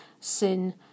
sin